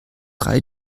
drei